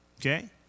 Okay